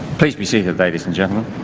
please be seated ladies and gentlemen.